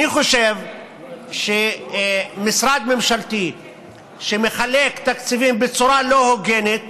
אני חושב שמשרד ממשלתי שמחלק תקציבים בצורה לא הוגנת